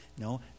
No